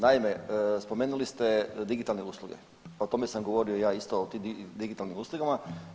Naime, spomenuli ste digitalne usluge, o tome sam govorio ja isto o digitalnim uslugama.